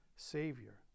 savior